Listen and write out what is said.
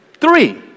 Three